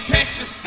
Texas